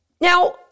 Now